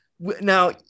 Now